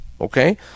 okay